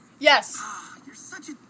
Yes